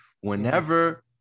Whenever